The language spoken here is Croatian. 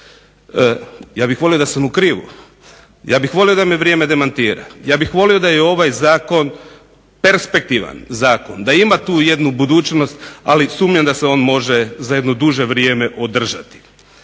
Ja bih volio da sam u krivu, ja bih volio da me vrijeme demantira, ja bih volio da je ovaj zakon perspektivan zakon, da ima tu jednu budućnost, ali sumnjam da se on može za jedno duže vrijeme održati.